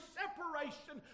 separation